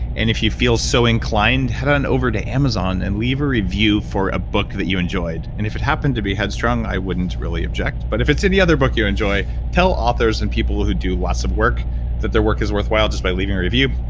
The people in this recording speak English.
and if you feel so inclined, head on over to amazon and leave a review for a book that you enjoyed. and if it happened to be headstrong, i wouldn't really object. but if it's any other book you enjoy, tell authors and people who do lots of work that their work is worthwhile just by leaving a review.